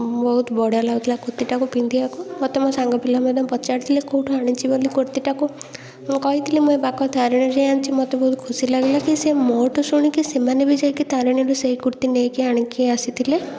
ବହୁତ ବଢ଼ିଆ ଲାଗୁଥିଲା କୁର୍ତ୍ତୀଟାକୁ ପିନ୍ଧିବାକୁ ମୋତେ ମୋ ସାଙ୍ଗପିଲା ମଧ୍ୟ ପଚାରିଥିଲେ କେଉଁଠି ଆଣିଛି ବୋଲି କୁର୍ତ୍ତୀଟାକୁ ମୁଁ କହିଥିଲି ମୁଁ ଏଇ ପାଖ ତାରିଣୀରେ ଯାଇ ଆଣିଛି ମୋତେ ବହୁତ ଖୁସି ଲାଗିଲା କି ସେ ମୋଠୁ ଶୁଣିକି ସେମାନେ ବି ଯାଇକି ତାରିଣୀରୁ ସେଇ କୁର୍ତ୍ତୀ ନେଇକି ଆଣିକି ଆସିଥିଲେ